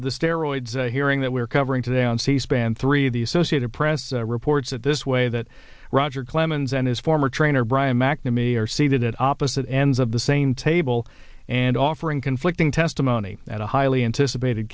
of the steroids hearing that we're covering today on c span three the associated press reports that this way that roger clemens and his former trainer brian mcnamee are seated at opposite ends of the same table and offering conflicting testimony at a highly anticipated